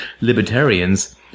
libertarians